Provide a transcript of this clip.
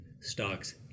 stocks